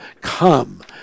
come